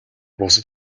бусад